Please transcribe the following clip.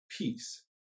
peace